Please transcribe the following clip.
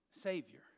Savior